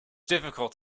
difficult